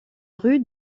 rue